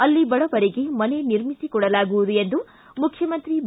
ಅಲ್ಲಿ ಬಡವರಿಗೆ ಮನೆ ನಿರ್ಮಿಸಿಕೊಡಲಾಗುವುದು ಎಂದು ಮುಖ್ಯಮಂತ್ರಿ ಬಿ